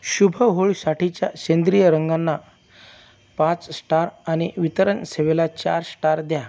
शुभ होळीसाठीच्या सेंद्रिय रंगांना पाच स्टार आणि वितरण सेवेला चार श्टार द्या